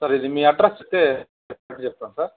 sir ఇది మీ address ఇస్తే డెలివరీ చేస్తాం సార్